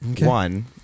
One